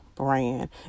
brand